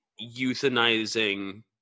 euthanizing